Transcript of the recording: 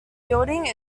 building